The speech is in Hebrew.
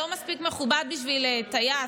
לא מספיק מכובד בשביל טייס,